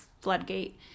floodgate